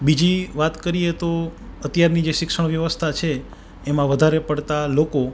બીજી વાત કરીએ તો અત્યારની જે શિક્ષણ વ્યવસ્થા છે એમાં વધારે પડતા લોકો